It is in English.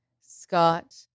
Scott